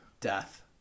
Death